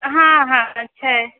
हँ हँ छै